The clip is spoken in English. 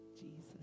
Jesus